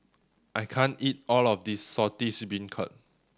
I can't eat all of this Saltish Beancurd